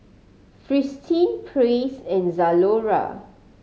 Fristine Praise and Zalora